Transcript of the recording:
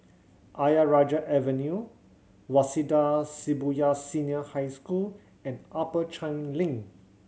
Ayer Rajah Avenue Waseda Shibuya Senior High School and Upper Changi Link